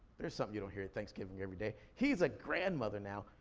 there's something you don't hear at thanksgiving every day. he's a grandmother now,